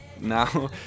now